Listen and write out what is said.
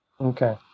Okay